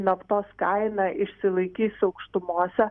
naftos kaina išsilaikys aukštumose